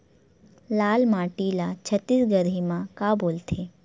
लाल माटी ला छत्तीसगढ़ी मा का बोलथे?